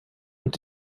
und